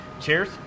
Cheers